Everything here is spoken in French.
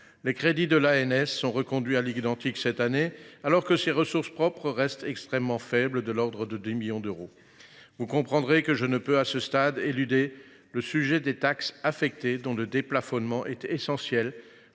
les crédits de l’ANS sont reconduits à l’identique cette année, alors que ses ressources propres restent extrêmement faibles, de l’ordre de 10 millions d’euros. Vous comprendrez que je ne puisse, à ce stade, éluder le sujet des taxes affectées, dont le déplafonnement est essentiel